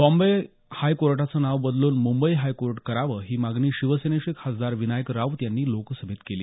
बॉम्बे हायकोर्टाचं नाव बदलून मुंबई हायकोर्ट करावं ही मागणी शिवसेनेचे खासदार विनायक राऊत यांनी लोकसभेत केली